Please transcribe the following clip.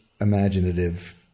imaginative